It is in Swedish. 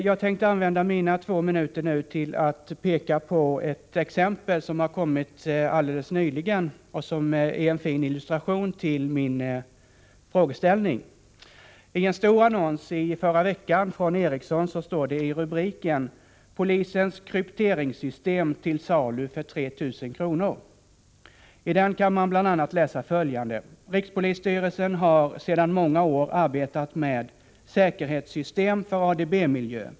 Jag tänkte använda mina två minuter till att anföra ett exempel som kommit alldeles nyligen och som är en fin illustration till min frågeställning. I en stor annons från Ericsson förra veckan löd rubriken: Polisens krypteringssystem till salu för 3 000 kr. I annonsen kan man bl.a. läsa följande: ”Rikspolisstyrelsen har sedan många år arbetat med säkerhetssystem för ADB-miljö.